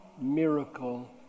miracle